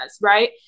Right